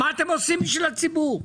מה אתם עושים בשביל הציבור,